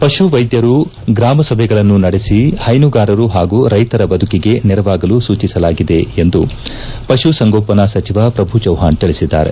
ಪಶು ವೈದ್ಯರು ಗ್ರಾಮ ಸಭೆಗಳನ್ನು ನಡೆಸಿ ರೈತರ ಬದುಕಿಗೆ ನೆರವಾಗಲು ಸೂಚಿಸಲಾಗಿದೆ ಎಂದು ಪಶು ಸಂಗೋಪನಾ ಸಚವ ಪ್ರಭು ಚವ್ನಾಣ್ ತಿಳಿಸಿದ್ದಾರೆ